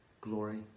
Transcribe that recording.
glory